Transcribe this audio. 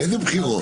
איזה בחירות?